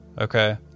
okay